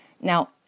Now